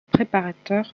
préparateur